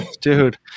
dude